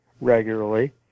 regularly